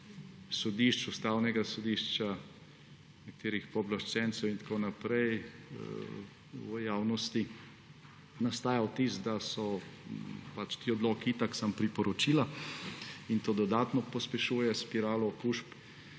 sodišč, Ustavnega sodišča, nekaterih pooblaščencev in tako naprej v javnosti nastaja vtis, da so ti odloki itak samo priporočila, in to dodatno pospešuje spiralo okužb.